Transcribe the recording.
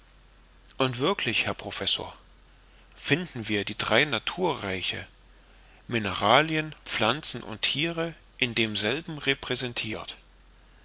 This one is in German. und wirklich herr professor finden wir die drei naturreiche mineralien pflanzen und thiere in demselben repräsentirt